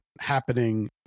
happening